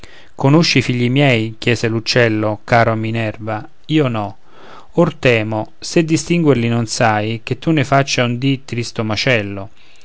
conosci i figli miei chiese l'uccello caro a minerva io no or temo se distinguerli non sai che tu ne faccia un dì tristo macello